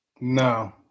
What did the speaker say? No